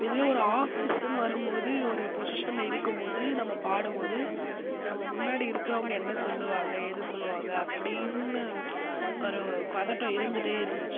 இதுவே ஒரு ஆஃபீஸ்னு வரும் போது ஒரு பொஸிஷனில் இருக்கும் போது நம்ம பாடும் போது நம்ம முன்னாடி இருக்கிறவங்கள் என்ன சொல்லுவாங்கள் ஏது சொல்லுவாங்கள் அப்படினு ஒரு பதட்டம் இருந்துகிட்டே இருந்துச்சு